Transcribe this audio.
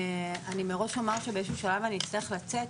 אני מראש אומר שבאיזה שהוא שלב אני אצטרך לצאת,